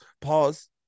Pause